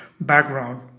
background